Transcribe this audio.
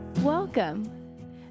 Welcome